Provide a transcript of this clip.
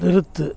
நிறுத்து